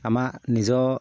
আমাৰ নিজৰ